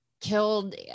killed